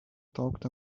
talked